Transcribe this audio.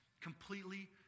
completely